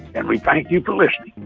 and we thank you for listening